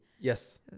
Yes